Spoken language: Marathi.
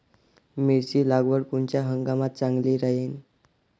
मिरची लागवड कोनच्या हंगामात चांगली राहीन?